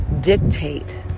dictate